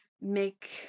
make